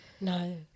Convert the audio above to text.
No